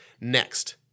Next